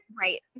Right